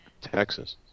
Texas